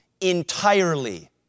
entirely